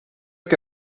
que